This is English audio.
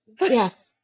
Yes